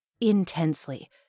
intensely